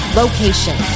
location